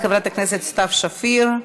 תודה לחברת הכנסת סתיו שפיר.